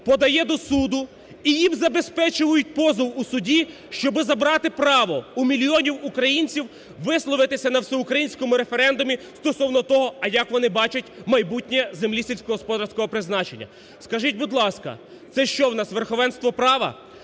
подає до суду і їм забезпечують позов у суді, щоб забрати право у мільйонів українців висловитися на всеукраїнському референдумі стосовно того, а як вони бачать майбутнє землі сільськогосподарського призначення? Скажіть, будь ласка, це що у нас верховенство права?